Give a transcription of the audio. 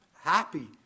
happy